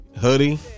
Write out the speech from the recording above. Hoodie